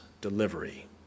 delivery